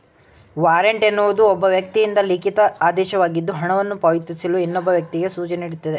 warrant ಎನ್ನುವುದು ಒಬ್ಬ ವ್ಯಕ್ತಿಯಿಂದ ಲಿಖಿತ ಆದೇಶವಾಗಿದ್ದು ಹಣವನ್ನು ಪಾವತಿಸಲು ಇನ್ನೊಬ್ಬ ವ್ಯಕ್ತಿಗೆ ಸೂಚನೆನೀಡುತ್ತೆ